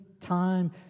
time